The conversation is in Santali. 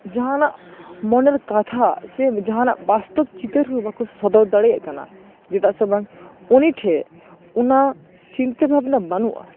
ᱡᱟᱦᱟᱱᱟᱜ ᱢᱚᱱᱮᱨ ᱠᱟᱛᱷᱟ ᱥᱮ ᱡᱟᱦᱟᱱᱟᱜ ᱵᱟᱥᱛᱚᱵ ᱪᱤᱛᱟᱹᱨ ᱦᱚᱸ ᱵᱟᱠᱚ ᱥᱚᱫᱚᱨ ᱫᱟᱲᱮᱭᱟᱜ ᱠᱟᱱᱟ ᱪᱮᱫᱟᱜ ᱥᱮ ᱵᱟᱝ ᱩᱱᱤᱴᱷᱮᱱ ᱚᱱᱟ ᱪᱤᱱᱛᱟᱹ ᱵᱷᱟᱵᱱᱟ ᱵᱟᱹᱱᱩᱜᱼᱟ